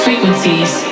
Frequencies